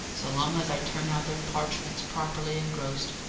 so long as i turn out their parchments properly engrossed,